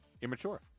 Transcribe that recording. immature